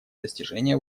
достижение